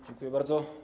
Dziękuję bardzo.